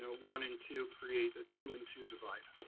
you know one and two create a two and two divide.